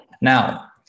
Now